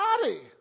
body